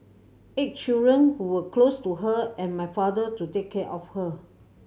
eight children who were close to her and my father to take care of her